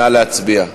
נא להצביע.